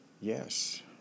Yes